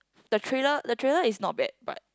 the trailer the trailer is not bad but